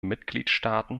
mitgliedstaaten